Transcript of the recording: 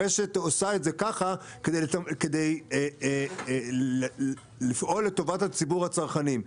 הרשת עושה את זה ככה כדי לפעול לטובת ציבור הצרכנים.